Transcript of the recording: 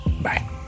Bye